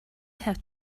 have